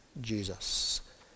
Jesus